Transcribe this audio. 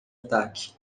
ataque